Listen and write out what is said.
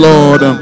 Lord